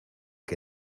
que